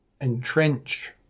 entrench